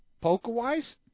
Poker-wise